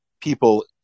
people